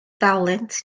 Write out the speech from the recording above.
dalent